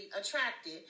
attracted